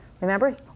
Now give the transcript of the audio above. Remember